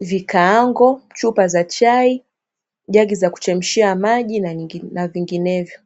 vikaango, chupa za chai, jagi za kuchemshia maji na vinginevyo.